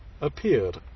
appeared